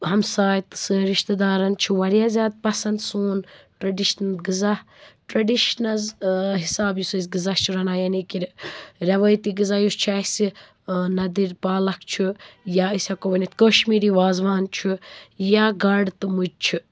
ہمساے تہٕ سٲنۍ رِشتہٕ دارن چھُ واریاہ زیادٕ پسند سون ٹرٛٮ۪ڈِشنَل غذا ٹرٛٮ۪ڈِشنَز حِساب یُس أسۍ غذا چھِ رَنان یعنی کہِ رے رٮ۪وٲیتی غذا یُس چھُ اَسہِ نَدٕرۍ پالکھ چھُ یا أسۍ ہٮ۪کو ؤنِتھ کٲشمیٖری وازوان چھُ یا گاڈٕ تہٕ مُجہِ چھِ